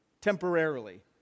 temporarily